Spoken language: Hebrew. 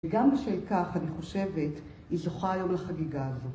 וגם בשביל כך, אני חושבת, היא זוכה היום לחגיגה הזו.